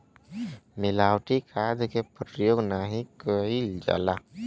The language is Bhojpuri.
मिलावटी खाद के परयोग नाही कईल जाला